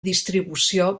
distribució